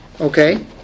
Okay